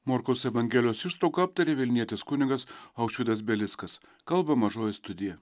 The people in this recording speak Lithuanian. morkaus evangelijos ištrauką aptarė vilnietis kunigas aušvydas belickas kalba mažoji studija